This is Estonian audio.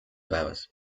päevas